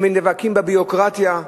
הם נאבקים בביורוקרטיה,